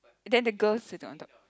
then the girl sit on top